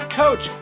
coach